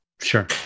Sure